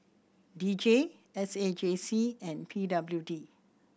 D J S A J C and P W D